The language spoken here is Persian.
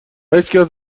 هیچکس